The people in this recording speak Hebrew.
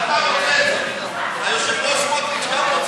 ואז מה קורה?